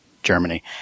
Germany